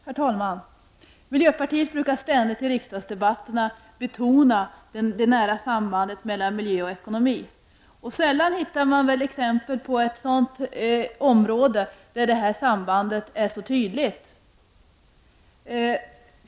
Herr talman! Miljöpartiet brukar ständigt i riksdagsdebatterna betona det nära sambandet mellan miljö och ekonomi. Sällan hittar man väl ett område där det sambandet är så tydligt som just fisket.